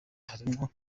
harimo